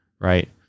right